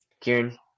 Kieran